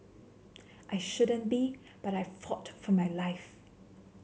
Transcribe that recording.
I shouldn't be but I fought for my life